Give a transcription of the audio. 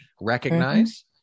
recognize